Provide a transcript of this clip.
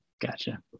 Gotcha